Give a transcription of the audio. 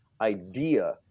idea